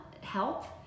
health